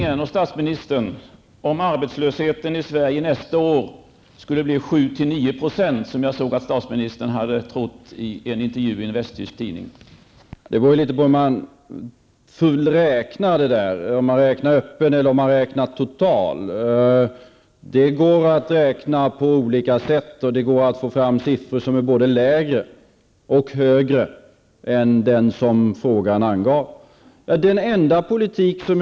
Vad gör regeringen och statsministern om arbetslösheten i Sverige nästa år skulle bli 7--9 %, vilket är vad statsminister tror enligt en intervju i en tysk tidning?